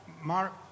Mark